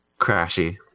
crashy